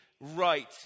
right